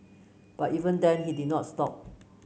but even then he did not stop